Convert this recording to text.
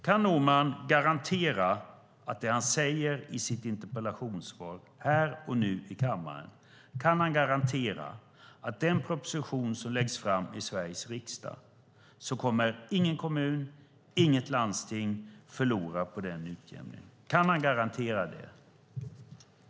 Kan Norman garantera att det han säger i sitt interpellationssvar här och nu i kammaren stämmer? Kommer ingen kommun och inget landsting att förlora på den utjämningen som föreslås i propositionen som läggs fram i Sveriges riksdag? Kan han garantera det?